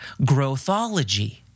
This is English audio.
growthology